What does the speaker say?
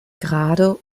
gerade